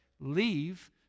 Leave